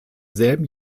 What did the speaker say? selben